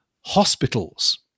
hospitals